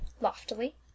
loftily